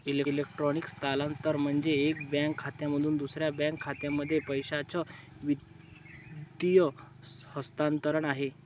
electronic स्थलांतरण म्हणजे, एका बँक खात्यामधून दुसऱ्या बँक खात्यामध्ये पैशाचं विद्युत हस्तांतरण आहे